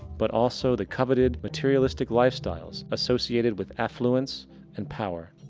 but also the coveted materialistic lifestyle associated with affluence and power.